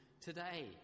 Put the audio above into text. today